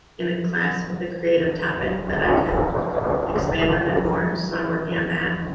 in a class with the creative topic that i could expand on that more, so i'm working on that.